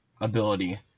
ability